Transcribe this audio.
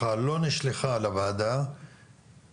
והשיווק הקודם לכך היה בשנים 2000,